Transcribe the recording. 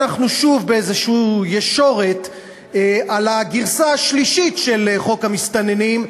אנחנו שוב באיזו ישורת על הגרסה השלישית של חוק המסתננים,